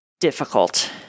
Difficult